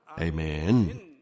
Amen